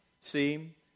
See